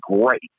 great